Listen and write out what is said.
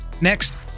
Next